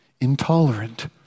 intolerant